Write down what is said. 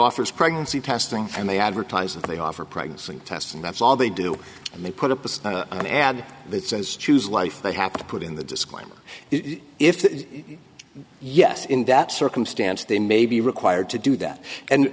offers pregnancy testing and they advertise that they offer pregnancy tests and that's all they do and they put up with an ad that says choose life they have to put in the disclaimer if if yes in that circumstance they may be required to do that and